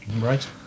right